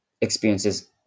experiences